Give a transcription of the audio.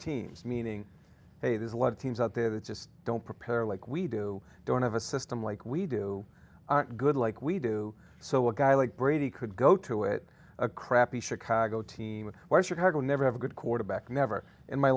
teams meaning hey there's a lot of teams out there that just don't prepare like we do don't have a system like we do good like we do so a guy like brady could go to it a crappy chicago team or chicago never have a good quarterback never in my